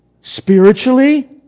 spiritually